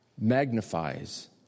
magnifies